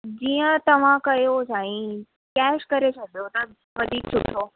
जीअं तव्हां कयो साईं कैश करे छॾो त वधीक सुठो